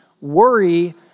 worry